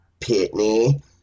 Pitney